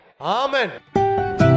Amen